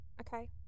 okay